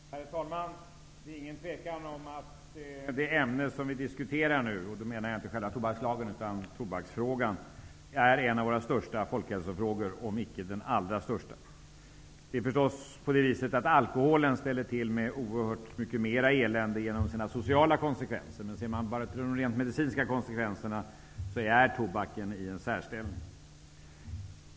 Herr talman! Det råder inget tvivel om att det ämne som vi nu diskuterar -- och jag menar då inte själva tobakslagen utan tobaksfrågan -- är en av våra största folkhälsofrågor, om icke den allra största. Alkoholen ställer förstås till oerhört mycket mer elände genom sina sociala konsekvenser, men ser man bara till de rent medicinska konsekvenserna befinner sig tobaken i en särställning.